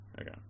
Okay